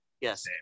Yes